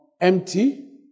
empty